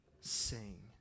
sing